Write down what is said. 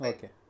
Okay